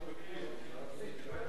היית שרת שיכון,